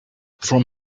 from